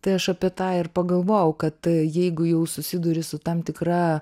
tai aš apie tą ir pagalvojau kad jeigu jau susiduri su tam tikra